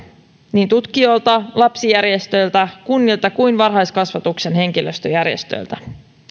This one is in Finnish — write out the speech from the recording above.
niin tutkijoilta lapsijärjestöiltä kunnilta kuin varhaiskasvatuksen henkilöstöjärjestöiltä